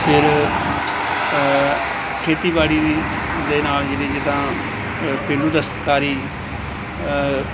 ਫਿਰ ਖੇਤੀਬਾੜੀ ਦੀ ਦੇ ਨਾਲ ਜਿਹੜੀ ਜਿੱਦਾਂ ਪੇਂਡੂ ਦਸਤਕਾਰੀ